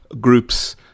groups